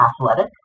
athletic